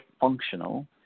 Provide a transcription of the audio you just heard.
functional